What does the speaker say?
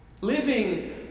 Living